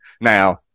Now